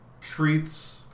treats